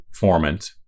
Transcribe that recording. formant